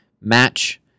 match